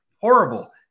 Horrible